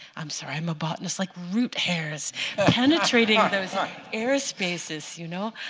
i'm sorry, i'm a botanist like root hairs penetrating those air spaces, you know?